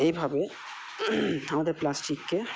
এইভাবে আমাদের প্লাস্টিককে